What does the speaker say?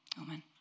Amen